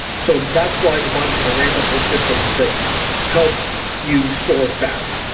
so that's why the body is going to ramp up those systems that help you store fat.